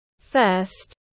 first